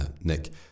Nick